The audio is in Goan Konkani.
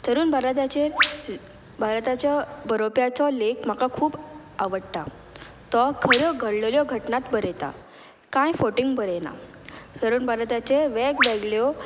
तरूण भारताचेर भारताच्या बरोवप्याचो लेख म्हाका खूब आवडटा तो खऱ्यो घडल्यो घटनात बरयता कांय फोटींग बरयना तरूण भारताचे वेगवेगळ्यो